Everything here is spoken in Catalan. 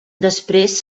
després